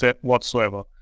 whatsoever